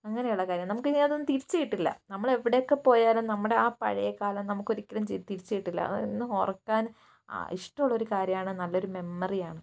അങ്ങനെയുള്ള കാര്യം നമുക്ക് ഇനി അതൊന്നും തിരിച്ചു കിട്ടില്ല നമ്മൾ എവിടെയൊക്കെ പോയാലും നമ്മുടെ ആ പഴയകാലം നമുക്ക് ഒരിക്കലും തിരിച്ചു കിട്ടില്ല അത് എന്നും ഓർക്കാനും ഇഷ്ടം ഉള്ളൊരു കാര്യമാണ് നല്ലൊരു മെമ്മറിയാണ്